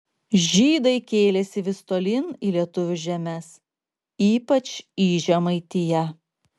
žydai kėlėsi vis tolyn į lietuvių žemes ypač į žemaitiją